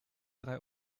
drei